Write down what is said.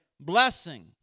blessing